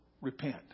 Repent